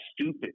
stupid